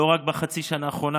לא רק בחצי השנה האחרונה,